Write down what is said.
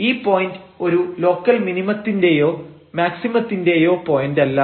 അപ്പോൾ ഈ പോയന്റ് ഒരു ലോക്കൽ മിനിമത്തിന്റെയോ മാക്സിമത്തിന്റെയോ പോയന്റല്ല